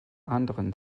anderen